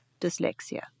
dyslexia